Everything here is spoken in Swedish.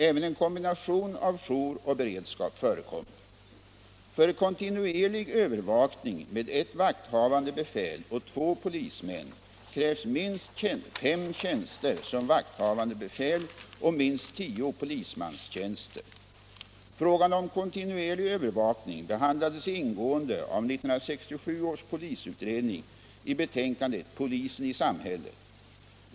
Även en kombination av jour och beredskap förekommer. För kontinuerlig övervakning med ett vakthavande befäl och två polismän krävs minst fem tjänster som vakthavande befäl och minst tio polismanstjänster. Frågan om kontinuerlig övervakning behandlades ingående av 1967 års polisutredning i betänkandet Polisen i samhället.